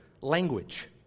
Language